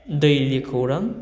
दैलि खौरां